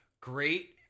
great